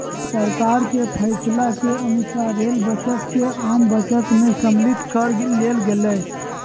सरकार के फैसला के अनुसार रेल बजट के आम बजट में सम्मलित कर लेल गेलय